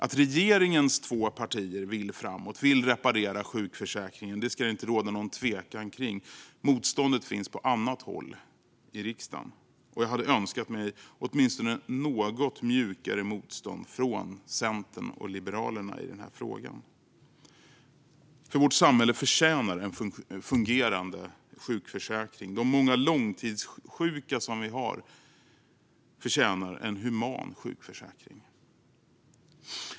Att regeringens två partier vill framåt och vill reparera sjukförsäkringen ska det inte råda något tvivel kring. Motståndet finns på annat håll i riksdagen. Jag hade önskat mig åtminstone ett något mjukare motstånd från Centern och Liberalerna i den här frågan. Vårt samhälle förtjänar ett fungerande trygghetssystem. De många långtidssjuka som vi har förtjänar en human sjukförsäkring.